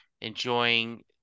enjoying